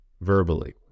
verbally